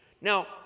Now